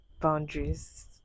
boundaries